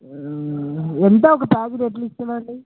ఎంత ఒక ప్యాకెట్ ఎట్లా ఇస్తారు అది